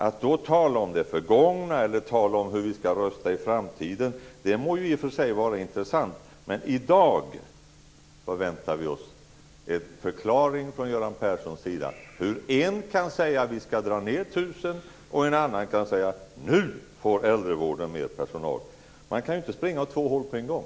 Att då tala om det förgångna eller tala om hur vi skall rösta i framtiden må i och för sig vara intressant. Men i dag förväntar vi oss en förklaring från Göran Perssons sida hur en kan säga att vi skall dra ned med tusen och en annan kan säga att äldrevården nu får mer personal. Man kan inte springa åt två håll på en gång.